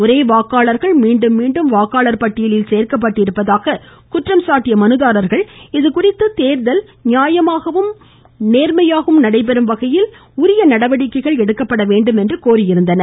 ஒரே வாக்காளர்கள் மீண்டும் மீண்டும் பட்டியலில் சேர்க்கப்பட்டிருப்பதாக குற்றம் சாட்டிய மனுதாரர்கள் இதுகுறித்து தேர்தல் நியாயமாகவும் நேர்மையாகவும் நடைபெறும் வகையில் தேவையான நடவடிக்கைகள் எடுக்க வேண்டும் என்று கோரியிருந்தனர்